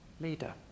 leader